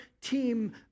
team